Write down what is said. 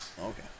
Okay